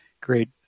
great